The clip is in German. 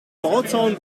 bauzaun